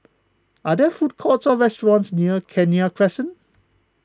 are there food courts or restaurants near Kenya Crescent